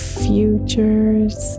future's